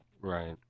Right